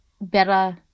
better